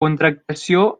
contractació